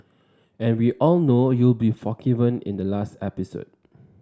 and we all know you'll be forgiven in the last episode